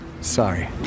Sorry